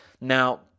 Now